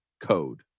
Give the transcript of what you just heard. code